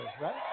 right